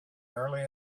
early